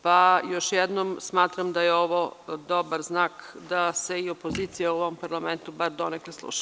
Pa, još jednom, smatram da je ovo dobar znak da se i opozicija u ovom parlamentu bar donekle sluša.